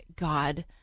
God